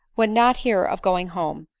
would not hear of going home,